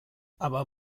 aber